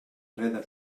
freda